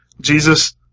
Jesus